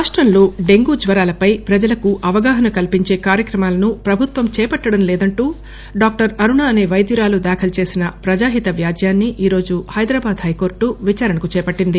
రాష్టంలో డెంగ్యూ జ్వరాలపై ప్రజలకు అవగాహన కల్సించే కార్యక్రమాలను ప్రభుత్వం చేపట్లడం లేదంటూ డాక్టర్ అరుణ అసే పైద్యురాలు దాఖలు చేసిన ప్రజాహిత వ్యాజ్యాన్సి ఈరోజు హైదరాబాద్ హైకోర్టు విదారణకు చేపట్టింది